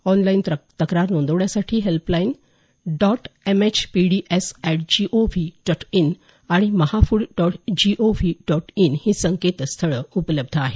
online तक्रार नोंदवण्यासाठी helpline dot M H P D S at G O V dot in आणि Maha food dot gov dot in ही संकेतस्थळं उपलब्ध आहेत